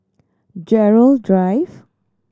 Gerald Drive